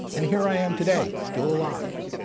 and here i am today, still alive,